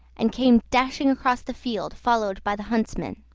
and came dashing across the field followed by the huntsmen.